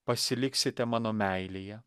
pasiliksite mano meilėje